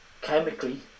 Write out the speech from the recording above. chemically